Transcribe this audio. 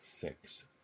six